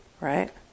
Right